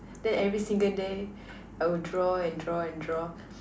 then every single day I would draw and draw and draw